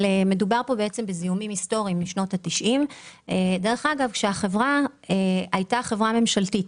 אבל מדובר בזיהומים היסטוריים משנות ה-90 כשהחברה הייתה חברה ממשלתית.